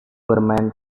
bermain